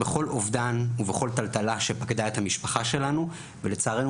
בכל אובדן ובכל טלטלה שפקדה את המשפחה שלנו ולצערנו,